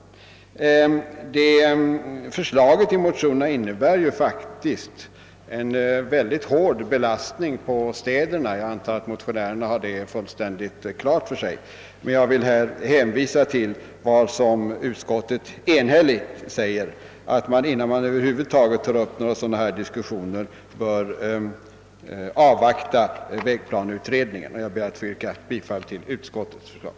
Motionsförslagen innebär ju faktiskt en mycket hård belastning på städerna. Jag antar att motionärerna har detta fullt klart för sig. Jag hän visar till utskottets uttalande, att man innan man över huvud taget tar upp sådana här diskussioner bör avvakta vägplaneutredningens betänkande, och jag yrkar bifall till utskottets förslag.